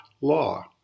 law